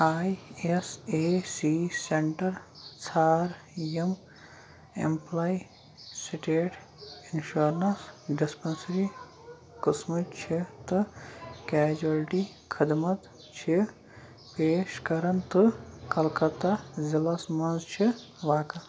I S A C centre ژھار یِم employee state insurance dispensary قٕسمٕکۍ چھِ تہٕ کیجولٹی خٔدمت چھِ پیش کَران تہٕ کلکَتہ ضلعس منٛز چھِ واقع